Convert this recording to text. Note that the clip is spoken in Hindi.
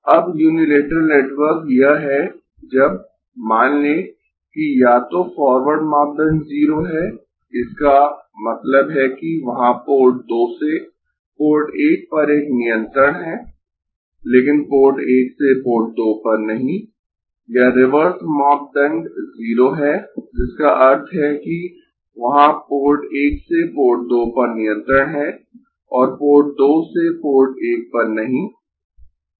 अब यूनिलेटरल नेटवर्क यह है जब मान लें कि या तो फॉरवर्ड मापदंड 0 है इसका मतलब है कि वहां पोर्ट 2 से पोर्ट 1 पर एक नियंत्रण है लेकिन पोर्ट 1 से पोर्ट 2 पर नहीं या रिवर्स मापदंड 0 है जिसका अर्थ है कि वहां पोर्ट 1 से पोर्ट 2 पर नियंत्रण है और पोर्ट 2 से पोर्ट 1 पर नहीं